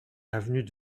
avenue